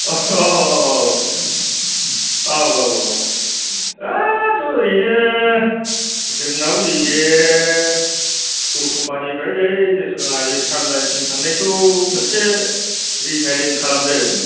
अह' औ औ औ औ औ औ थ' ओरैनो जोंनाव नैबे दतमानिफ्राय बै नेसनेल हाइवे ट्रामलाइनसिम थांनायखौ मोनसे रिफाइरिं खालामदों